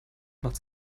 macht